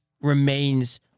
remains